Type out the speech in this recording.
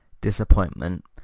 disappointment